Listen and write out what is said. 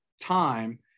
time